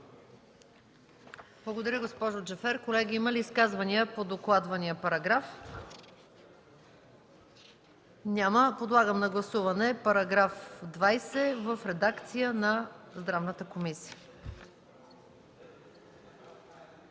Благодаря, госпожо Джафер. Колеги, има ли изказвания по докладвания параграф? Няма. Подлагам на гласуване § 20 в редакция на Здравната комисия.